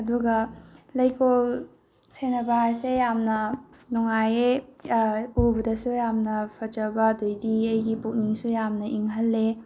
ꯑꯗꯨꯒ ꯂꯩꯀꯣꯜ ꯁꯦꯟꯅꯕ ꯍꯥꯏꯁꯦ ꯌꯥꯝꯅ ꯅꯨꯡꯉꯥꯏꯌꯦ ꯎꯕꯗꯁꯨ ꯌꯥꯝꯅ ꯐꯖꯕ ꯑꯗꯨꯗꯒꯤꯗꯤ ꯑꯩꯒꯤ ꯄꯨꯛꯅꯤꯡꯁꯨ ꯌꯥꯝꯅ ꯏꯪꯍꯟꯂꯦ